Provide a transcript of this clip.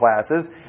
classes